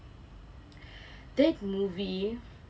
that movie